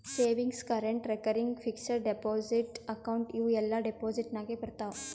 savings, current, recurring, fixed deposit account ಇವೂ ಎಲ್ಲಾ deposit ನಾಗೆ ಬರ್ತಾವ್